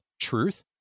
truth